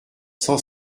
cent